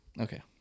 okay